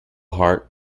heart